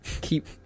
keep